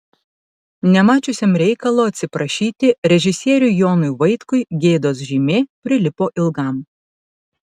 nemačiusiam reikalo atsiprašyti režisieriui jonui vaitkui gėdos žymė prilipo ilgam